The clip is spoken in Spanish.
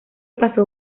paso